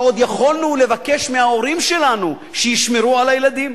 שעוד יכולנו לבקש מההורים שלנו שישמרו על הילדים.